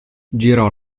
girò